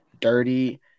dirty